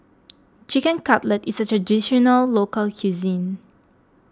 Chicken Cutlet is a Traditional Local Cuisine